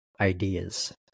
ideas